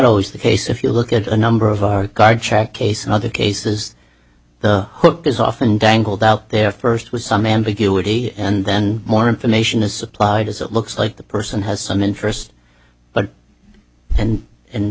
always the case if you look at a number of our guide check case in other cases the hook is often dangled out there first with some ambiguity and then more information is supplied as it looks like the person has an interest but and